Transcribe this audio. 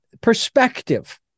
perspective